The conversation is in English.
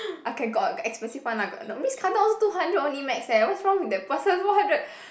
okay got expensive one ah got Riz-Carlton also two hundred only max eh what's wrong with that person four hundred